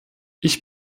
ich